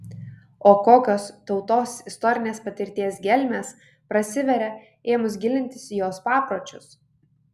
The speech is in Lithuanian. o kokios tautos istorinės patirties gelmės prasiveria ėmus gilintis į jos papročius